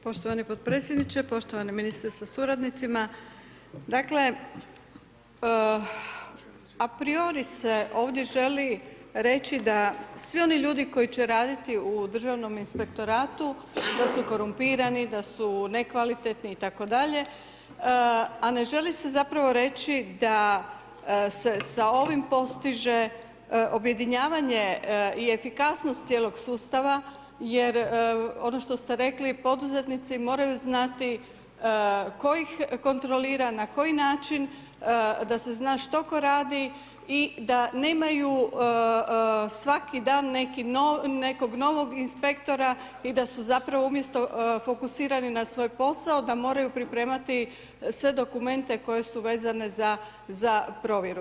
Poštovani podpredsjedniče, poštovani ministre sa suradnicima, dakle, apriori se ovdje želi reći da svi oni ljudi koji će raditi u državnom inspektoratu, da su korumpirani, da su nekvalitetni itd., a ne želi se zapravo reći da se sa ovim postiže objedinjavanje i efikasnost cijelog sustava jer ono što ste rekli poduzetnici moraju znati ko ih kontrolira, na koji način, da se zna što ko radi i da nemaju svaki dan nekog novog inspektora i da su umjesto fokusirani na svoj posao da moraju pripremati sve dokumente koji su vezane za provjeru.